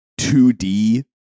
2D